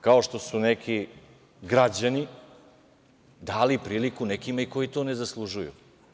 Kao što su neki građani dali priliku nekima koji to ne zaslužuju.